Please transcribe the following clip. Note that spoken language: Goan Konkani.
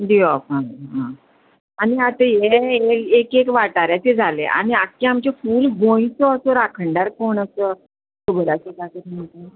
दिवप आ हां आनी आतां हे एक एक वाठाराचे जाले आनी आख्खे आमचे फूल गोंयचो असो राखणदार कोण असो खबर आसा काका तुमकां